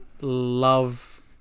love